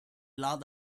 lot